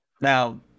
Now